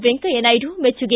ವೆಂಕಯ್ಯ ನಾಯ್ಡು ಮೆಚ್ಚುಗೆ